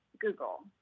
Google